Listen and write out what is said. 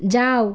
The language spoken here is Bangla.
যাও